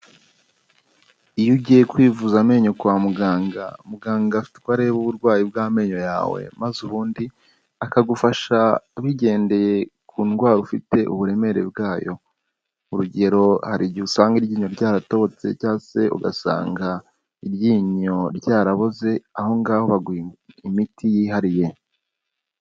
Iyo ugiye kwivuza amenyo kwa muganga, muganga afite uko areba uburwayi bw'amenyo yawe maze ubundi akagufasha bigendeye ku ndwara ufite uburemere bwayo, urugero hari igihe usanga iryinyo ryaratobotse cyangwa se ugasanga iryinyo ryaraboze aho ngaho haguha imiti yihariye.